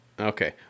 okay